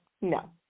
No